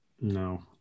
No